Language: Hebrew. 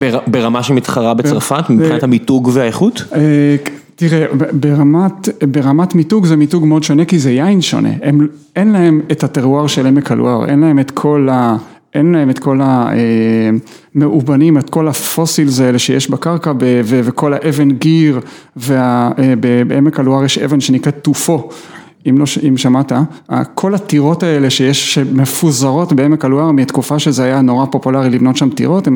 ברמה שמתחרה בצרפת, מבחינת המיתוג והאיכות? תראה, ברמת מיתוג, זה מיתוג מאוד שונה, כי זה יין שונה, אין להם את הטרוואר של עמק הלואר, אין להם את כל המאובנים, את כל הפוסילס האלה שיש בקרקע, וכל האבן גיר, ובעמק הלואר יש אבן שנקרא טופו, אם שמעת, כל הטירות האלה שמפוזרות בעמק הלואר, מתקופה שזה היה נורא פופולרי לבנות שם טירות,